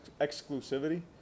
exclusivity